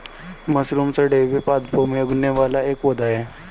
mushroom सड़े हुए पादपों में उगने वाला एक पौधा है